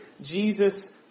Jesus